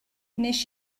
wnes